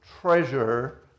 treasure